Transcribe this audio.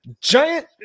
giant